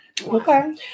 Okay